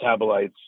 metabolites